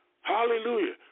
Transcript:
Hallelujah